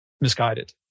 misguided